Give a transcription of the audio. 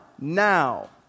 now